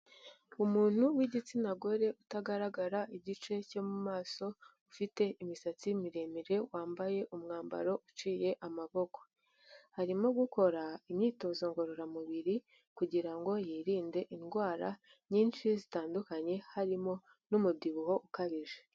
Umuntu w'igitsina gore utagaragara igice cyo mu maso, ufite imisatsi miremire wambaye umwambaro uciye amaboko, arimo gukora imyitozo ngororamubiri kugira ngo yirinde indwara nyinshi zitandukanye harimo n'umubyibuho ukabije.